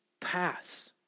pass